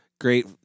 great